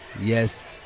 Yes